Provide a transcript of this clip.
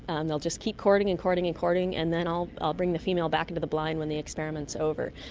um they'll just keep courting and courting and courting, and then i'll i'll bring the female back into the blind when the experiment is over.